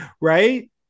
Right